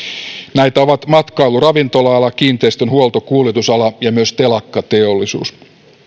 näitä ovat matkailu ja ravintola ala kiinteistönhuolto kuljetusala ja myös telakkateollisuus